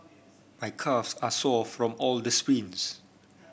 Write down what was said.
my calves are sore from all the sprints